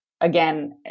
again